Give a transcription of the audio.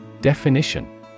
Definition